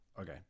okay